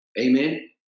Amen